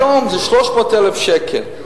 היום זה 300 מיליון שקל,